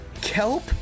Kelp